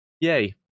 Yay